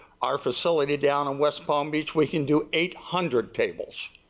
our facility down on west palm beach we can do eight hundred tables.